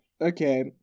okay